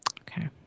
Okay